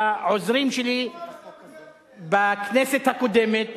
לעוזרים שלי בכנסת הקודמת,